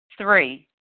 Three